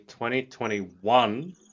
2021